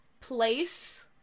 Place